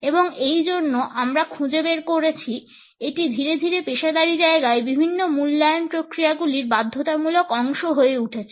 এবং এইজন্য আমরা খুঁজে বের করেছি এটি ধীরে ধীরে পেশাদারী জায়গায় বিভিন্ন মূল্যায়ন প্রক্রিয়াগুলির বাধ্যতামূলক অংশ হয়ে উঠছে